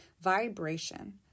Vibration